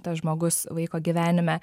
tas žmogus vaiko gyvenime